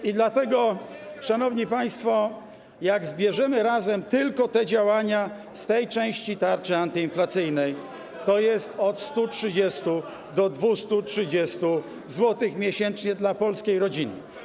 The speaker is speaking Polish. I dlatego, szanowni państwo, jak zbierzemy razem tylko te działania z tej części tarczy antyinflacyjnej, to jest to od 130 do 230 zł miesięcznie dla polskiej rodziny.